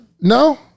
No